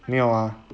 没有 ah